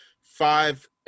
five